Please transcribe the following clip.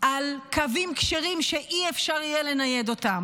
על קווים כשרים שלא יהיה אפשר לנייד אותם.